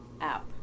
app